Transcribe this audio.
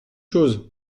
chose